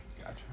gotcha